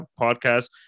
podcast